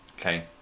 Okay